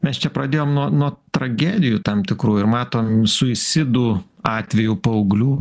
mes čia pradėjom nuo nuo tragedijų tam tikrų ir matom suisidų atvejų paauglių